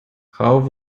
how